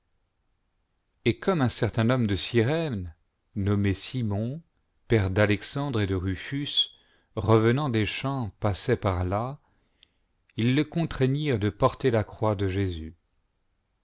et comme un certain homme de cyrène nommé simon père d'alexandre et de rufus revenant des champs passait par là ils le contraignirent de porter la croix de jésus